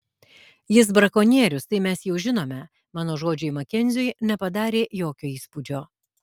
jis brakonierius tai mes jau žinome mano žodžiai makenziui nepadarė jokio įspūdžio